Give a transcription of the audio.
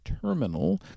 Terminal